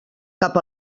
cap